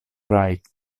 wright